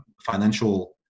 financial